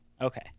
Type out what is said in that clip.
okay